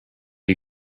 you